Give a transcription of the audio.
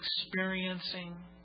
experiencing